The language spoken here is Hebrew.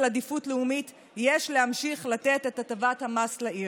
עדיפות לאומית יש להמשיך לתת את הטבת המס לעיר.